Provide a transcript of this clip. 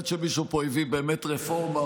עד שמישהו פה הביא באמת רפורמה,